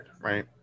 right